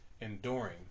enduring